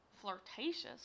Flirtatious